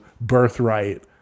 birthright